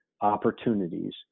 opportunities